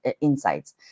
insights